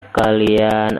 kalian